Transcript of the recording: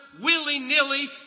willy-nilly